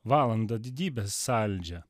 valandą didybės saldžią